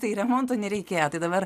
tai remonto nereikėjo tai dabar